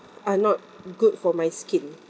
are not good for my skin